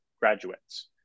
graduates